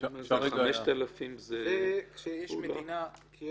כרגע המנגנון לא מאפשר זיהוי